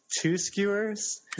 Two-Skewers